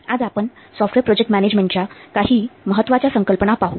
आज आपण software project मॅनेजमेंटच्या काही महत्वाच्या संकल्पना पाहू